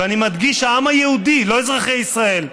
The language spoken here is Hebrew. ואני מדגיש: העם היהודי, לא אזרחי ישראל,